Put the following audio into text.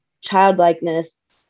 childlikeness